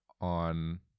on